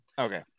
okay